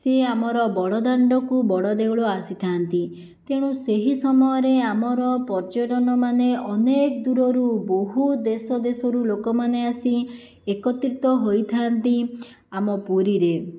ସିଏ ଆମର ବଡ଼ଦାଣ୍ଡକୁ ବଡ଼ଦେଉଳ ଆସିଥାନ୍ତି ତେଣୁ ସେହି ସମୟରେ ଆମର ପର୍ଯ୍ୟଟନ ମାନେ ଅନେକ ଦୂରରୁ ବହୁ ଦେଶ ଦେଶରୁ ଲୋକମାନେ ଆସି ଏକତ୍ରିତ ହୋଇଥାନ୍ତି ଆମ ପୁରୀରେ